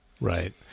Right